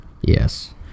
Yes